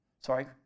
Sorry